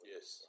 Yes